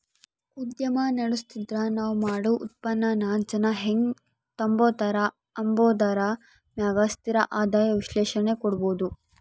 ಉದ್ಯಮ ನಡುಸ್ತಿದ್ರ ನಾವ್ ಮಾಡೋ ಉತ್ಪನ್ನಾನ ಜನ ಹೆಂಗ್ ತಾಂಬತಾರ ಅಂಬಾದರ ಮ್ಯಾಗ ಸ್ಥಿರ ಆದಾಯ ವಿಶ್ಲೇಷಣೆ ಕೊಡ್ಬೋದು